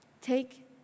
Take